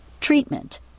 Treatment